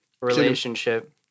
relationship